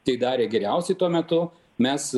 tai darė geriausiai tuo metu mes